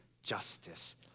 justice